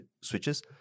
switches